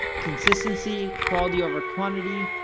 consistency, quality over quantity,